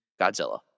Godzilla